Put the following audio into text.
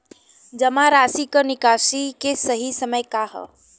जमा राशि क निकासी के सही समय का ह?